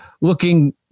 looking